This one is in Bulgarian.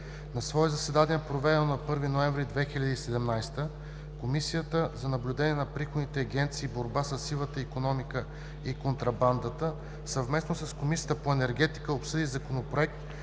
На свое заседание, проведено на 1 ноември 2017 г., Комисията за наблюдение на приходните агенции и борба със сивата икономика и контрабандата, съвместно със Комисията по Енергетиката, обсъди Законопроект